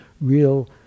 real